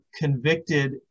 convicted